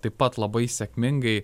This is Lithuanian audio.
taip pat labai sėkmingai